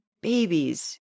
babies